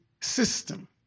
system